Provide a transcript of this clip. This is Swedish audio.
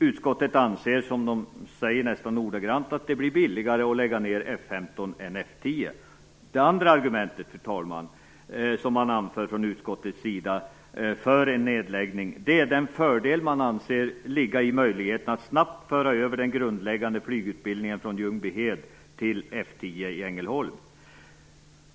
Utskottet anser, som de nästan ordagrant säger, att det blir billigare att lägga ned F 15 än F 10. Det andra argumentet för en nedläggning, som anförs från utskottets sida, är den fördel som man anser ligga i möjligheten att snabbt föra över den grundläggande flygutbildningen från Ljungbyhed till F 10 i Ängelholm.